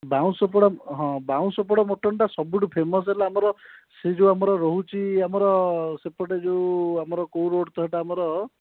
ବାଉଁଶ ପୋଡ଼ା ହଁ ବାଉଁଶ ପୋଡ଼ା ମଟନ୍ଟା ସବୁଠୁ ଫେମସ୍ ହେଲା ଆମର ସେ ଯେଉଁ ଆମର ରହୁଛି ଆମର ସେପଟେ ଯେଉଁ କେଉଁ ରୋଡ଼୍ ତ ସେଇଟା ଆମର